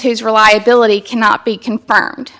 whose reliability cannot be confirmed